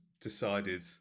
decided